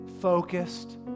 focused